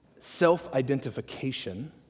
self-identification